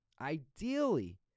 ideally